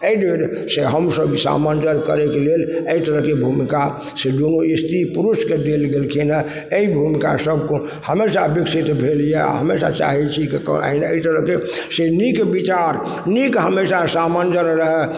अइ दुआरे से हमसब सामञ्जस्य करयके लेल अइ तरहके भूमिका से दुनू स्त्री पुरुषके देल गेलखिन हेँ अइ भूमिका सबसँ हमेशा विकसित भेल यऽ आओर हमेशा चाहय छी अइ तरहके से नीक बिचार नीक हमेशा सामंजस्य रहै